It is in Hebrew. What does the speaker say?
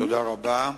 תודה רבה.